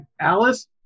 Alice